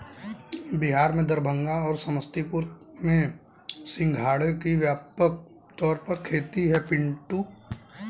बिहार में दरभंगा और समस्तीपुर में सिंघाड़े की व्यापक तौर पर खेती होती है पिंटू